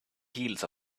heels